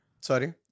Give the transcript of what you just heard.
Sorry